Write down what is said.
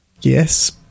yes